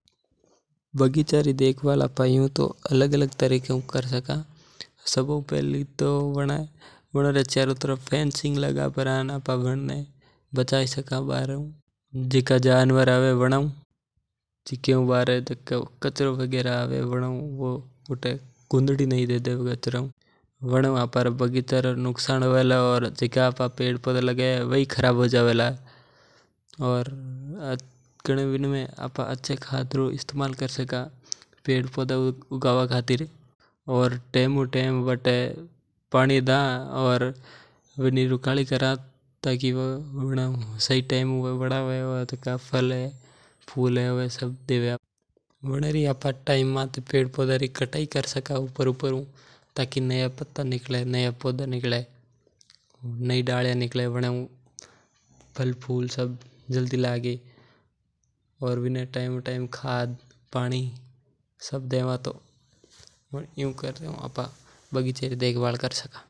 बगीचा री देखभाल आपा अलग अलग तरीके हु कर सका सबा हु पहली वन पर फेंसिंग लगा परा न आपा वण्ने बचाई सका। वन रे बाद में आपा ने सभी पेड़ पौधा रो ध्यान रखनो बनमे खाद दालनो। और हुंमे बगीचे को बाहर से आने वाले जनवारो से बचाव करना चाहिए इनरे वास्ते बगीचे री निगरानी करनी चाहिए।